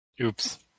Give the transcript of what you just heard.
Oops